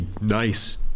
nice